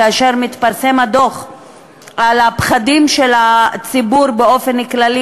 כאשר מתפרסם הדוח על הפחדים של הציבור באופן כללי,